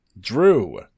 Drew